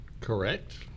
correct